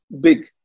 big